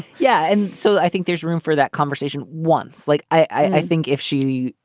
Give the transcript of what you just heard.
yeah and so i think there's room for that conversation once. like i think if she.